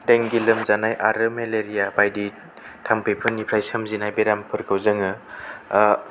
dengue लोमजानाय आरो malaria बायदि थामफैफोरनिफ्राय सोमजिनाय बेरामफोरखौ जोङो ओ